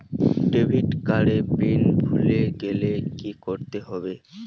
Debit card এর PIN ভুলে গেলে কি করতে হবে?